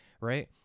Right